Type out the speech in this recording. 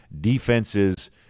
defense's